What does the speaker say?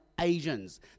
asians